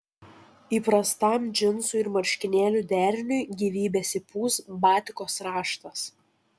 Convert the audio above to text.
įprastam džinsų ir marškinėlių deriniui gyvybės įpūs batikos raštas